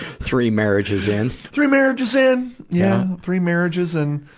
three marriages in. three marriages in. yeah, three marriages and,